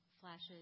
flashes